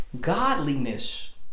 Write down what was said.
godliness